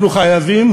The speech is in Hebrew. אנחנו חייבים,